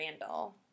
Randall